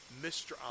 Mr